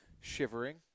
shivering